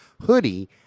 hoodie